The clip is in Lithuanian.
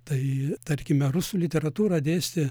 tai tarkime rusų literatūrą dėstė